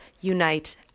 unite